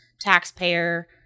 taxpayer